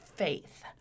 Faith